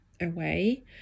away